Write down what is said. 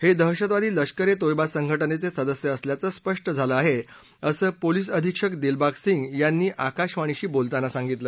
हे दहशतवादी लष्कर ए तोयबा संघटनेचे सदस्य असल्याचं स्पष्ट झालं आहे असं पोलिस अधिक्षक दिलबाग सिंह यांनी आकाशवाणीशी बोलताना सांगितलं